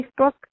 Facebook